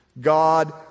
God